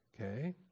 Okay